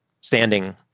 standing